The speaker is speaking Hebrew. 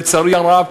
לצערי הרב,